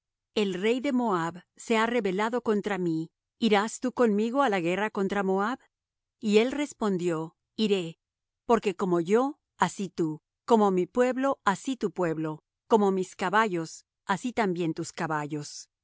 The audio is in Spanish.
el rey de moab se ha rebelado contra mí irás tú conmigo á la guerra contra moab y él respondió iré porque como yo así tú como mi pueblo así tu pueblo como mis caballos así también tus caballos